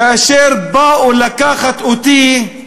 כאשר באו לקחת אותי,